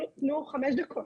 תנו חמש דקות.